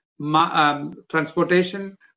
transportation